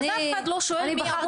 אז אף אחד לא שואל מי הבוס של מי.